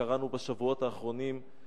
שקראנו בשבועות האחרונים,